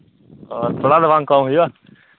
ᱚ ᱛᱷᱚᱲᱟ ᱫᱚ ᱵᱟᱝ ᱠᱚᱢ ᱦᱩᱭᱩᱜᱼᱟ